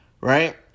Right